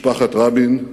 משפחת רבין,